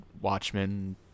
Watchmen